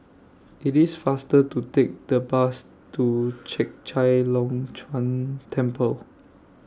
IT IS faster to Take The Bus to Chek Chai Long Chuen Temple